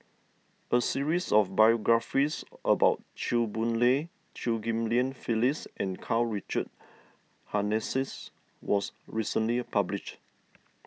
a series of biographies about Chew Boon Lay Chew Ghim Lian Phyllis and Karl Richard Hanitsch was recently published